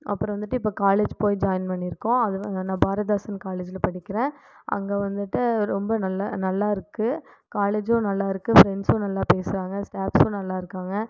அப்புறம் வந்துட்டு இப்போ காலேஜ் போய் ஜாயின் பண்ணிருக்கோம் அதில் நானு பாரதிதாசன் காலேஜியில் படிக்கிறேன் அங்கே வந்துட்டு ரொம்ப நல்ல நல்லாருக்குது காலேஜும் நல்லாருக்குது ஃப்ரெண்ட்ஸும் நல்லா பேசுகிறாங்க ஸ்டாஃப்ஸும் நல்லாருக்காங்க